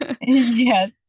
Yes